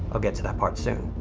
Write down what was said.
i'll get to that part soon.